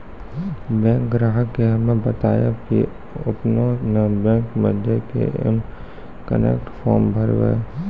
bank ग्राहक के हम्मे बतायब की आपने ने बैंक मे जय के एम कनेक्ट फॉर्म भरबऽ